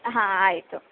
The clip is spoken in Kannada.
ಹಾಂ ಆಯಿತು